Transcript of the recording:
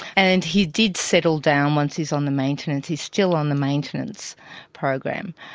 and he did settle down once he's on the maintenance, he's still on the maintenance program.